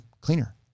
cleaner